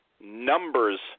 numbers